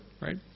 right